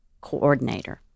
coordinator